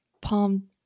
Palm